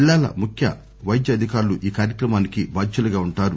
జిల్లాల ముఖ్య వైద్య అధికారులు ఈ కార్యక్రమానికి బాధ్యులుగా ఉంటారు